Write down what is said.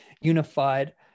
unified